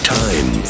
time